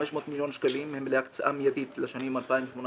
500 מיליון שקלים הם להקצאה מיידית לשנים 2018